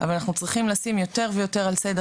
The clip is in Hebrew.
אבל אנחנו צריכים לשים יותר ויותר על סדר